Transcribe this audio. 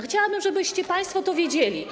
Chciałabym, żebyście państwo to wiedzieli.